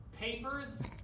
papers